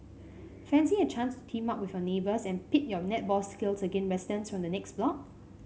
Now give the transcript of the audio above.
fancy a chance to team up with your neighbours and pit your netball skills against residents from the next block